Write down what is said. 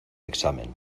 examen